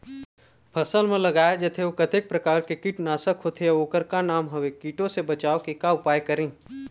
फसल म लगाए जाथे ओ कतेक प्रकार के कीट नासक होथे अउ ओकर का नाम हवे? कीटों से बचाव के का उपाय करें?